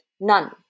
None